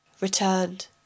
returned